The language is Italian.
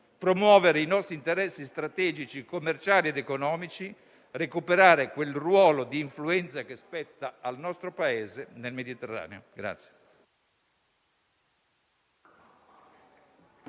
promuovere i nostri interessi strategici, commerciali ed economici e recuperare quel ruolo di influenza che spetta al nostro Paese nel Mediterraneo.